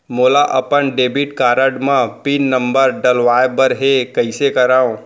मोला अपन debit card म पिन नंबर डलवाय बर हे कइसे करव?